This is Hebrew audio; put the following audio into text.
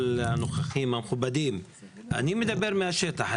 הנוכחים המכובדים, אני מדבר מהשטח.